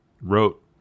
wrote